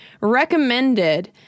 recommended